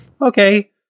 Okay